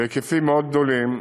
בהיקפים מאוד גדולים.